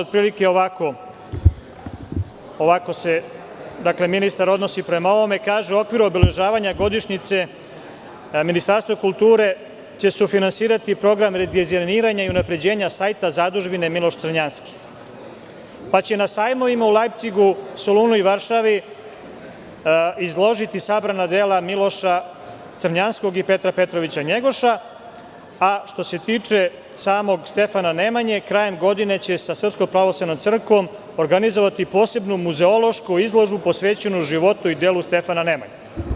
Otprilike ovako se ministar odnosi prema ovome i kaže – u okviru obeležavanja godišnjice, Ministarstvo kulture će sufinansirati Program redizajniranja i unapređenja sajta Zadužbine Miloš Crnjanski, pa će na sajmovima u Lajpcigu, Solunu i Varšavi izložiti sabrana dela Miloša Crnjanskog i Petra Petrovića Njegoša, a što se tiče samog Stefana Nemanje, krajem godine će sa Srpskom pravoslavnom crkvom organizovati posebnu muzeološku izložbu posvećenu životu i delu Stefana Nemanje.